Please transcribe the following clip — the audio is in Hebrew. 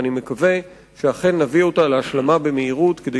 ואני מקווה שאכן נביא אותה להשלמה במהירות כדי